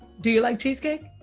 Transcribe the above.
do you like cheesecake?